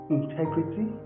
integrity